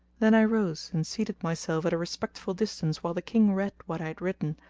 then i rose and seated myself at a respectful distance while the king read what i had written,